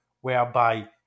whereby